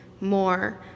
more